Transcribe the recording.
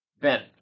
Ben